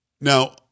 Now